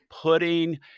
putting